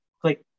Click